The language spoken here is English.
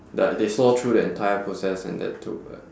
ya they saw through the entire process and that took like